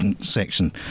section